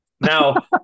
Now